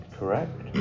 Correct